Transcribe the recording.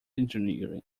engineering